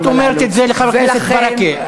למה את אומרת את זה לחבר הכנסת ברכה?